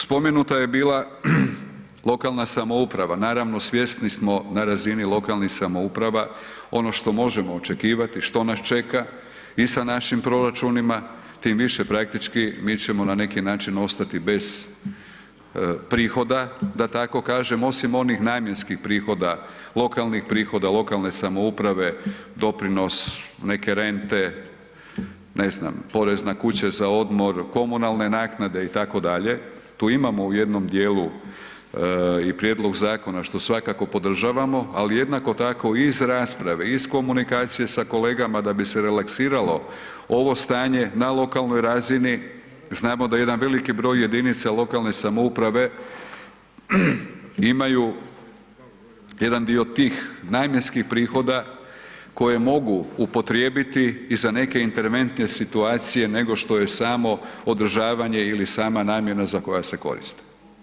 Spomenuta je bila lokalna samouprava, naravno svjesni smo na razini lokalnih samouprava ono što možemo očekivati, što nas čeka i sa našim proračunima, tim više praktički, mi ćemo na neki način ostati bez prihoda da tako kažem, osim onih namjenskih prihoda, lokalnih prihoda, lokalne samouprave, doprinos, neke rente, ne znam, porez na kuće za odmor, komunalne naknade itd., tu imamo u jednom djelu i prijedlog zakona što svakako podržavamo, ali jednako tako iz rasprave, iz komunikacije sa kolegama da bi se relaksiralo ovo stanje na lokalnoj razini, znamo da jedan veliki broj jedinica lokalne samouprave imaju jedan tih namjenskih prihoda koje mogu upotrijebiti i za neke interventne situacije nego što je samo održavanje ili sama namjena za koje se koristi.